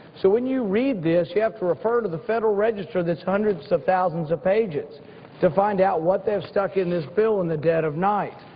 so when you read this, you have to refer to the federal register that's hundreds of thousands of pages to find out what they've stuck in this bill in the dead of night.